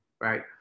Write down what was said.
right